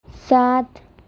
سات